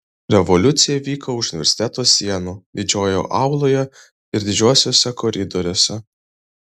revoliucija vyko už universiteto sienų didžiojoje auloje ir didžiuosiuose koridoriuose